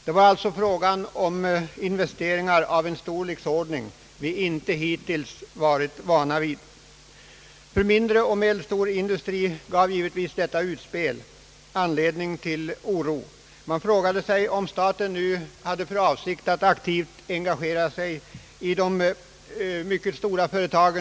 Det var alltså frågan om projekt av en storlek som vi inte hittills varit vana vid. För mindre och medelstor industri gav givetvis detta utspel anledning till oro. Man frågade sig om staten nu hade för avsikt att aktivt engagera sig för investeringar i mycket stora företag.